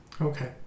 Okay